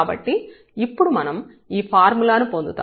కాబట్టి ఇప్పుడు మనం ఈ ఫార్ములాను పొందుతాము